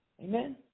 Amen